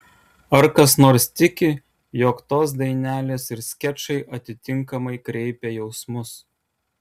ar kas nors tiki jog tos dainelės ir skečai atitinkamai kreipia jausmus